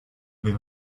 vais